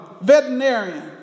veterinarian